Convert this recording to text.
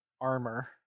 Armor